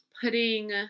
putting